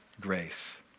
grace